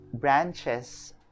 branches